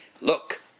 look